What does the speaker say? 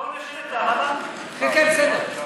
בוא, כן, כן, בסדר.